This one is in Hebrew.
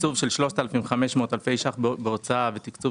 תקצוב של 3,500 אלפי ₪ בהוצאה ותקצוב